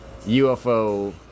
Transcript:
UFO